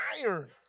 iron